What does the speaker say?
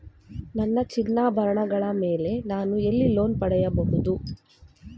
ನನ್ನ ಚಿನ್ನಾಭರಣಗಳ ಮೇಲೆ ನಾನು ಎಲ್ಲಿ ಲೋನ್ ಪಡೆಯಬಹುದು?